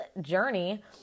journey